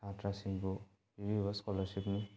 ꯁꯥꯇ꯭ꯔꯁꯤꯡꯕꯨ ꯄꯤꯕꯤꯕ ꯁ꯭ꯀꯣꯂꯔꯁꯤꯞꯅꯤ